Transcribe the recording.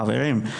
חברים,